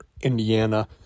Indiana